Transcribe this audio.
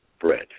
bread